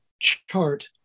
chart